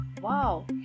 Wow